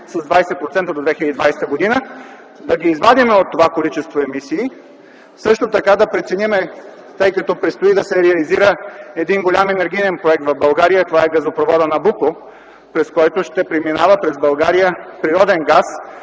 с 20% до 2020 г. Да ги извадим от това количество емисии. Също така да преценим, тъй като предстои да се реализира един голям енергиен проект в България – това е газопроводът „Набуко”, през който през България ще преминава природен газ